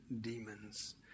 demons